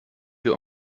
wir